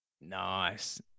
Nice